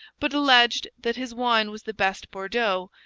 but alleged that his wine was the best bordeaux,